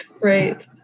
Right